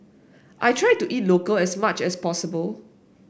I try to eat local as much as possible